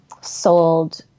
sold